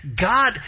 God